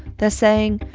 they're saying,